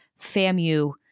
Famu